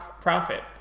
profit